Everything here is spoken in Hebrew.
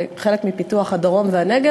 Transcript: וחלק מפיתוח הדרום והנגב,